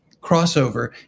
crossover